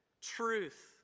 truth